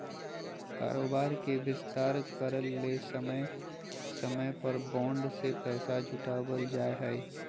कारोबार के विस्तार करय ले समय समय पर बॉन्ड से पैसा जुटावल जा हइ